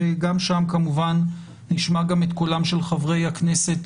וגם שם כמובן נשמע את קולם של חברי הכנסת